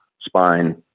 spine